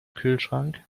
kühlschrank